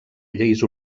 lleis